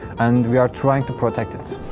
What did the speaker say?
and we are trying to protect it.